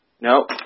Nope